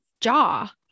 jaw